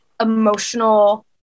emotional